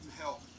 help